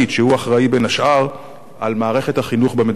שהוא אחראי בין השאר למערכת החינוך במדינה.